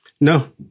no